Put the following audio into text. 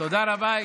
תודה רבה.